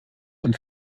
und